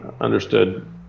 Understood